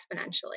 exponentially